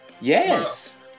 yes